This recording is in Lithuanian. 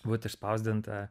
būt išspausdinta